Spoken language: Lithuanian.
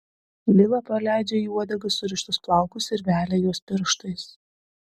lila paleidžia į uodegą surištus plaukus ir velia juos pirštais